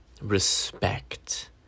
respect